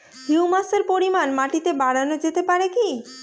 হিউমাসের পরিমান মাটিতে বারানো যেতে পারে কি?